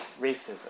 racism